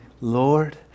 Lord